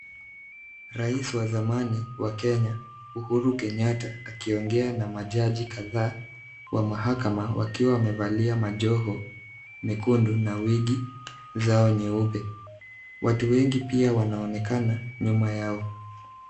Rais wa zamani wa Kenya Uhuru Kenyatta, akiongea na majaji kadhaa wa mahakama, wakiwa wamevalia majoho mekundu na wigi zao nyeupe. Watu wengi pia wanaonekana nyuma yao.